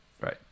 Right